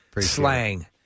slang